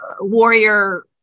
warrior